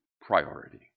priority